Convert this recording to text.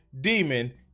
Demon